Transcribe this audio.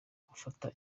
gufata